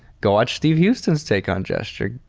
go watch steve huston's take on gesture.